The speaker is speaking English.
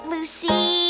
Lucy